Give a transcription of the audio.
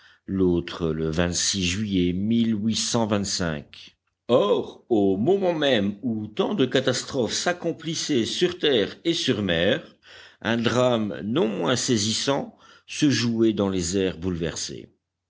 l'autre le juillet or au moment même où tant de catastrophes s'accomplissaient sur terre et sur mer un drame non moins saisissant se jouait dans les airs bouleversés